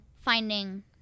finding